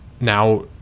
now